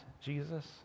Jesus